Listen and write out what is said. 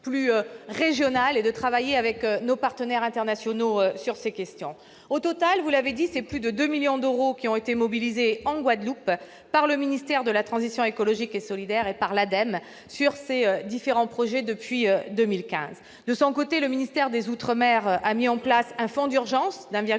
plus régionale et nous devons travailler avec nos partenaires internationaux sur ces questions. Au total, vous l'avez dit, plus de 2 millions d'euros ont été mobilisés en Guadeloupe depuis 2015, par le ministère de la transition écologique et solidaire et par l'ADEME, sur ces différents projets. De son côté, le ministère des outre-mer a mis en place un fonds d'urgence de 1,5